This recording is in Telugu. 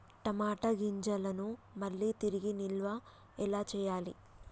టమాట గింజలను మళ్ళీ తిరిగి నిల్వ ఎలా చేయాలి?